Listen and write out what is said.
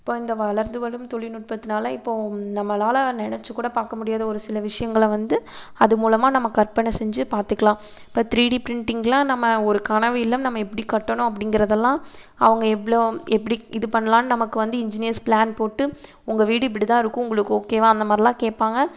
இப்போது இந்த வளர்ந்து வரும் தொழில்நுட்பத்தினால இப்போது நம்மளால் நினைச்சிக் கூட பார்க்க முடியாத ஒரு சில விஷயங்களை வந்து அது மூலமாக நம்ம கற்பனை செஞ்சு பாத்துக்கலாம் இப்போது த்ரீ டி பிரிண்டிங்லாம் நம்ம ஒரு கனவு இல்லம் எப்படி கட்டணும் அப்டிங்கிறதெல்லாம் அவங்க எவ்வளோ எப்படி இது பண்ணலாம் நமக்கு இன்ஜினீயர்ஸ் பிளான் போட்டு உங்க வீடு இப்படிதான் இருக்கும் உங்களுக்கு ஓகேவா அந்தமாதிரிலாம் கேட்பாங்க